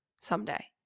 someday